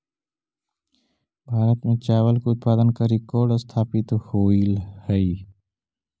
भारत में चावल के उत्पादन का रिकॉर्ड स्थापित होइल हई